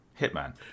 Hitman